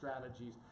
strategies